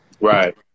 Right